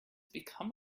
become